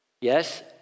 yes